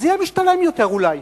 זה יהיה משתלם יותר אולי,